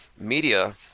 media